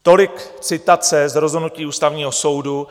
Tolik citace z rozhodnutí Ústavního soudu.